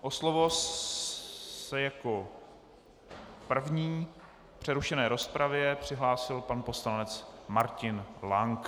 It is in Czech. O slovo se jako první v přerušené rozpravě přihlásil pan poslanec Martin Lank.